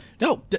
No